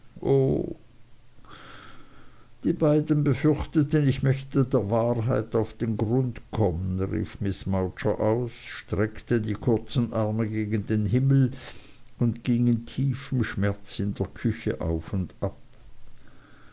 die beiden befürchteten ich möchte der wahrheit auf den grund kommen rief miß mowcher aus streckte die kurzen arme gen himmel und ging in tiefem schmerz in der küche auf und ab